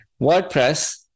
WordPress